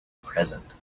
present